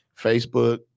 Facebook